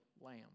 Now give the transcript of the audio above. lamb